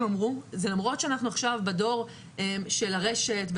אמרו זה למרות שאנחנו עכשיו בדור של הרשת,